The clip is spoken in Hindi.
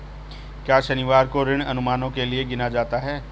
क्या शनिवार को ऋण अनुमानों के लिए गिना जाता है?